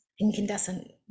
incandescent